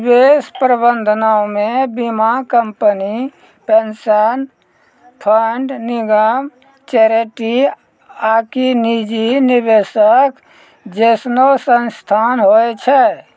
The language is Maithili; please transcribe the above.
निवेश प्रबंधनो मे बीमा कंपनी, पेंशन फंड, निगम, चैरिटी आकि निजी निवेशक जैसनो संस्थान होय छै